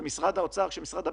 כשמשרד האוצר, כשמשרד הביטחון,